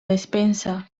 despensa